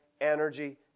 energy